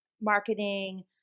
marketing